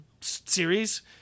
series